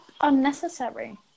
unnecessary